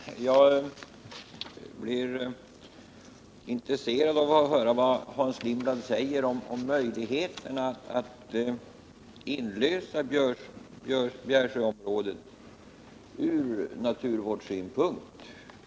Herr talman! Jag är intresserad av att höra vad Hans Lindblad säger om möjligheterna att inlösa Bjärsjöområdet ur naturvårdssynpunkt.